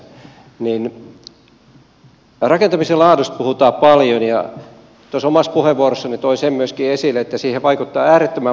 rakentamisen laadusta puhutaan paljon ja tuossa omassa puheenvuorossani toin myöskin sen esille että siihen vaikuttaa äärettömän moni asia